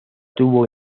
tuvo